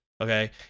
Okay